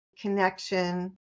connection